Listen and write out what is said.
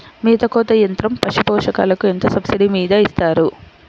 మేత కోత యంత్రం పశుపోషకాలకు ఎంత సబ్సిడీ మీద ఇస్తారు?